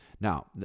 now